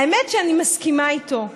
האמת היא שאני מסכימה איתו.